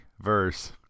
verse